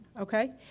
okay